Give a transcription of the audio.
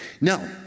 Now